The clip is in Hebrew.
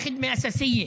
זה שירות בסיסי.)